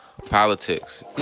Politics